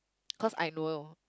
cause I know